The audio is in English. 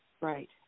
Right